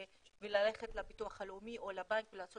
וללכת לביטוח לאומי או לבנק ולעשות